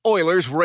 Oilers